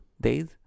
days